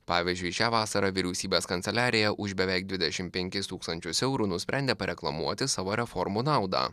pavyzdžiui šią vasarą vyriausybės kanceliarija už beveik dvidešimt penkis tūkstančius eurų nusprendė pareklamuoti savo reformų naudą